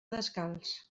descalç